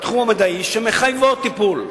בתחום המדעי שמחייבות טיפול,